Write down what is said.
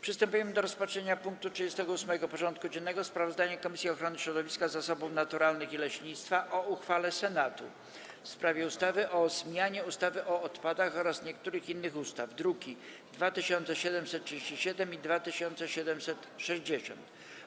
Przystępujemy do rozpatrzenia punktu 38. porządku dziennego: Sprawozdanie Komisji Ochrony Środowiska, Zasobów Naturalnych i Leśnictwa o uchwale Senatu w sprawie ustawy o zmianie ustawy o odpadach oraz niektórych innych ustaw (druki nr 2737 i 2760)